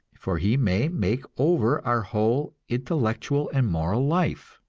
for he may make over our whole intellectual and moral life.